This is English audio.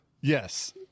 Yes